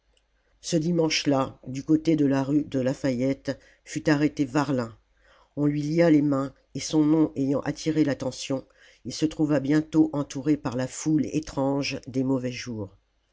ce dimanche-là du côté de la rue de lafayette fut arrêté varlin on lui lia les mains et son nom ayant attiré l'attention il se trouva bientôt entouré par la foule étrange des mauvais jours